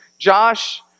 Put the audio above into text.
Josh